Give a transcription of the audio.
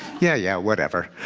yeah, yeah. whatever.